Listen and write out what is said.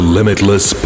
Limitless